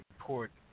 important